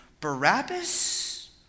Barabbas